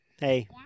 hey